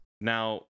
Now